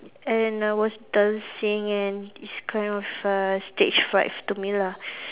and then I was dancing and it's kind of uh stage fright to me lah